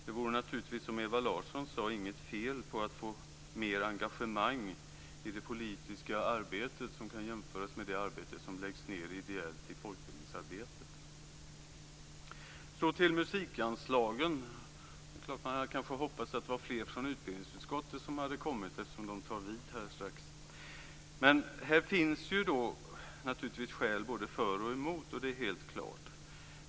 Det vore naturligtvis, som Ewa Larsson sade, inget fel att få mer av engagemang i det politiska arbetet som kan jämföras med det arbete som läggs ned ideellt vad gäller folkbildningsarbetet. När det gäller musikanslagen är det klart att man kanske hade hoppats att fler skulle ha varit här från utbildningsutskottet eftersom de strax skall ta vid här i kammaren. Här finns helt klart skäl både för och emot.